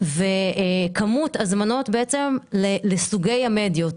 וכמות הזמנות לסוגי המדיות.